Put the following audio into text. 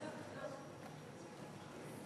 ההצעה להעביר